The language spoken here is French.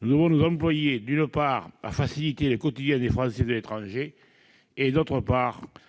nous devons nous employer, d'une part, à faciliter le quotidien des Français de l'étranger, et, d'autre part,